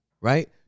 right